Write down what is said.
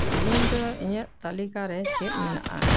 ᱛᱮᱦᱮᱧ ᱫᱚ ᱤᱧᱟᱹᱜ ᱛᱟᱞᱤᱠᱟ ᱨᱮ ᱪᱮᱫ ᱢᱮᱱᱟᱜᱼᱟ